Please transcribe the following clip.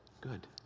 Good